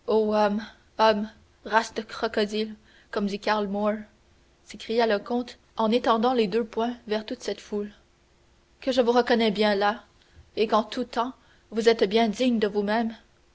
karl moor s'écria le comte en étendant les deux poings vers toute cette foule que je vous reconnais bien là et qu'en tout temps vous êtes bien dignes de vous-mêmes